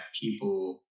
people